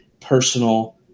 personal